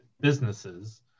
businesses